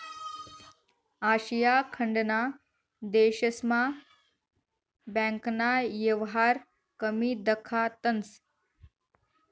आशिया खंडना देशस्मा बँकना येवहार कमी दखातंस